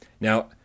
Now